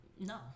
No